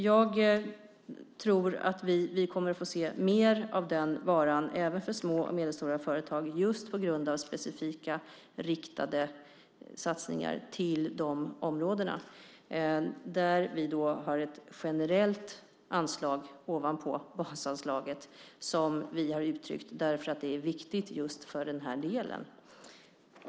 Jag tror att vi kommer att få se mer av den varan även för små och medelstora företag just på grund av specifika, riktade satsningar till de områdena där vi har ett generellt anslag ovanpå basanslaget som vi har uttryckt därför att det är viktigt just för den här delen.